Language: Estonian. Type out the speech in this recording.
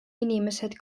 inimesed